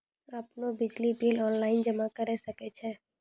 आपनौ बिजली bill online जमा करै सकै छौ?